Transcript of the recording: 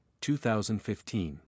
2015